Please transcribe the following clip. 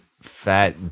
fat